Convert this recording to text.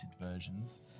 versions